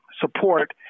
support